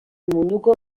munduko